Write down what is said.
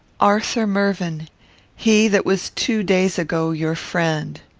arthur mervyn he that was two days ago your friend.